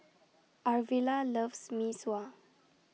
Arvilla loves Mee Sua